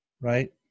right